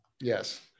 yes